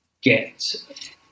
get